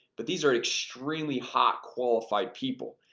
but these are extremely hot qualified people.